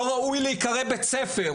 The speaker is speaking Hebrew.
לא ראוי להיקרא בית ספר.